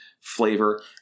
flavor